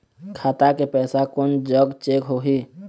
खाता के पैसा कोन जग चेक होही?